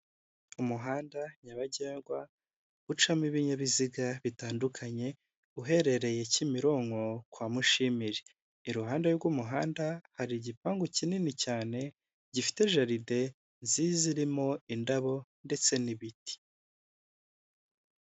Umuhanda nyabagendwa ucamo ibinyabiziga bitandukanye uherereye Kimironko kwa Mushimire. Iruhande rw'umuhanda hari igipangu kinini cyane gifite jaride nziza irimo indabo ndetse n'ibiti.